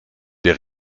der